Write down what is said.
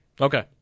Okay